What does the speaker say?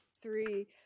three